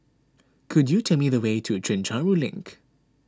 could you tell me the way to a Chencharu Link